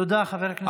תודה, חבר הכנסת.